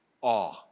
Awe